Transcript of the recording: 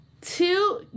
two